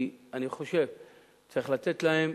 כי אני חושב שצריך לתת להם,